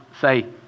say